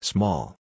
Small